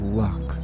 luck